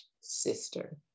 sister